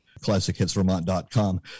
ClassicHitsVermont.com